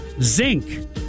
zinc